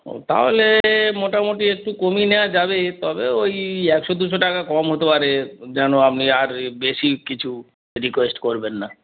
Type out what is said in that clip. ও তাহলে মোটামুটি একটু কমিয়ে নেওয়া যাবে তবে ওই একশো দুশো টাকা কম হতে পারে যেন আপনি আর বেশি কিছু রিকোয়েস্ট করবেন না